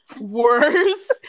worse